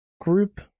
group